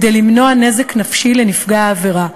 כדי למנוע נזק נפשי לנפגע העבירה.